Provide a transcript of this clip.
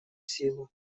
силу